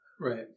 Right